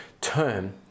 term